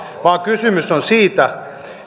vaan kysymys on siitä